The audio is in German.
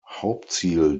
hauptziel